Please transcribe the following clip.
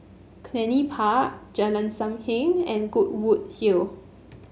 Cluny Park Jalan Sam Heng and Goodwood Hill